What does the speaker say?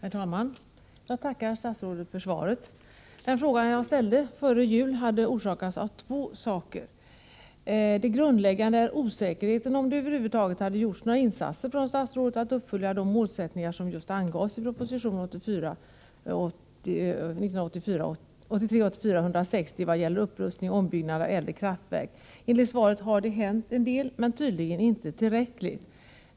Herr talman! Jag tackar statsrådet för svaret. Den fråga jag ställde före jul hade orsakats av två ting. Det grundläggande är osäkerheten om statsrådet över huvud taget har gjort några insatser för att uppfylla de mål som angavs i proposition 1983/84:160 vad gäller upprustning och ombyggnad av äldre kraftverk. Enligt svaret har det hänt en hel del, men tydligen inte tillräckligt.